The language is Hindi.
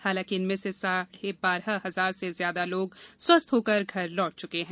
हालांकि इनमें से साढ़े बारह हजार से ज्यादा लोग स्वस्थ होकर घर लौट चुके हैं